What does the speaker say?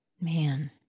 Man